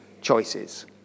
choices